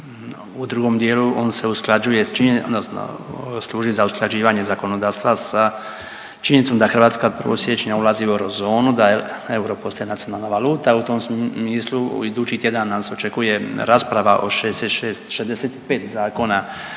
odnosno služi za usklađivanje zakonodavstva sa činjenicom da Hrvatska 1. siječnja u eurozonu, da je euro poslije nacionalna valuta, u tom smislu idući tjedan nas očekuje rasprava o 65 zakona